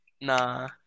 Nah